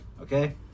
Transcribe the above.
Okay